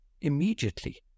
immediately